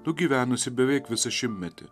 nugyvenusi beveik visą šimtmetį